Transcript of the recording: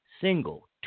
single